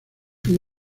fin